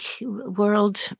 world